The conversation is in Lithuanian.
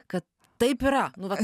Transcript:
kad taip yra nu va